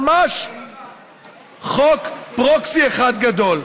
ממש חוק פרוקסי אחד גדול.